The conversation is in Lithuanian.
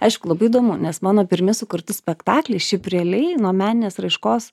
aišku labai įdomu nes mano pirmi sukurti spektakliai šiaip realiai nuo meninės raiškos